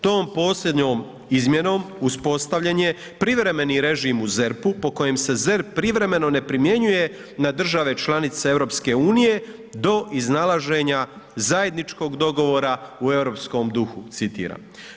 Tom posljednjom izmjenom uspostavljen je privremeni režim u ZERP-u po kojem se ZERP privremeno ne primjenjuje na države članice Europske unije do iznalaženja zajedničkog dogovora u europskom duhu, citiram.